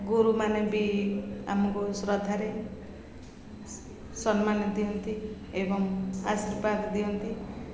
ଗୁରୁମାନେ ବି ଆମକୁ ଶ୍ରଦ୍ଧାରେ ସମ୍ମାନ ଦିଅନ୍ତି ଏବଂ ଆଶୀର୍ବାଦ ଦିଅନ୍ତି